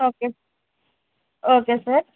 okay sir okay sir